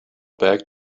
back